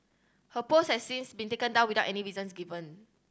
her post has since been taken down without any reasons given